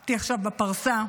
הייתי עכשיו בפרסה,